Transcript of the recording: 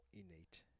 innate